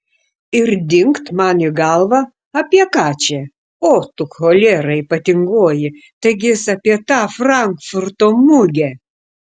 ir dingt man į galvą apie ką čia o tu cholera ypatingoji taigi jis apie tą frankfurto mugę